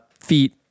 feet